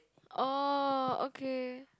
oh okay